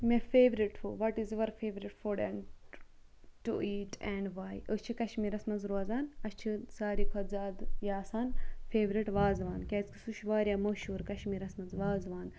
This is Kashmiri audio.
مےٚ favourite uh what is your favourite food and to eat and why أسۍ چھِ کشمیٖرَس منٛز روزان اسہِ چھِ ساروے کھۄتہٕ زیادٕ یہِ آسان فیورِٹ وازوان کیٛازِکہِ سُہ چھِ واریاہ مہشوٗر کشمیٖرَس منٛز وازوان